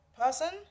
person